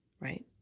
right